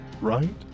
right